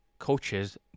coaches